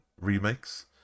Remakes